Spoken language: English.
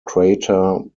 crater